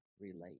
relate